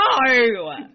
No